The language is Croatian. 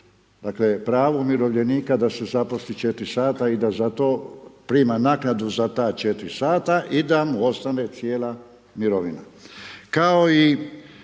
dakle pravo umirovljenika da se zaposli 4 sata i da za to prima naknadu za ta 4 sata i da mu ostane cijela mirovina.